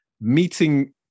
meeting